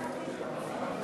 (תיקון,